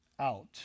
out